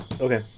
Okay